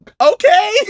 Okay